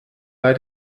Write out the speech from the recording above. bei